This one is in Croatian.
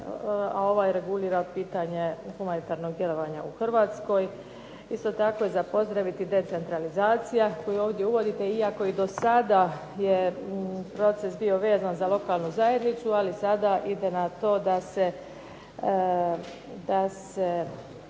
a ovaj regulira pitanje humanitarnog djelovanja u Hrvatskoj. Isto tako je za pozdraviti decentralizacija koju ovdje uvodite iako i dosada je proces bio vezan za lokalnu zajednicu, ali sada ide na to da se